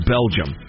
Belgium